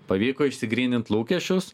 pavyko išsigrynint lūkesčius